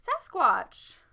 Sasquatch